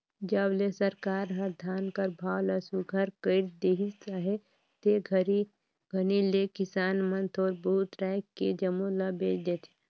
जब ले सरकार हर धान कर भाव ल सुग्घर कइर देहिस अहे ते घनी ले किसान मन थोर बहुत राएख के जम्मो ल बेच देथे